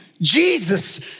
Jesus